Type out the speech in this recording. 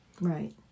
Right